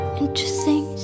Interesting